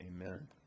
Amen